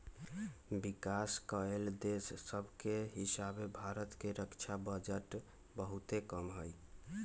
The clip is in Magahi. विकास कएल देश सभके हीसाबे भारत के रक्षा बजट बहुते कम हइ